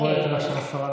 בואו עכשיו ניתן לשרה להשיב.